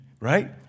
right